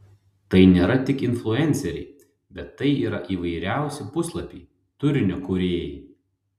tai nėra tik influenceriai bet tai yra įvairiausi puslapiai turinio kūrėjai